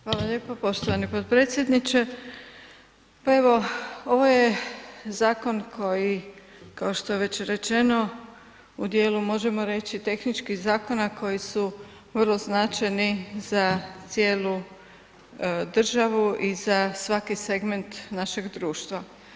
Hvala lijepo poštovani potpredsjedniče, pa evo ovo je zakon koji kao što je već rečeno u dijelu možemo reći tehničkih zakona koji su vrlo značajni za cijelu državu i za svaki segment našeg društva.